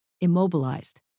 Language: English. Immobilized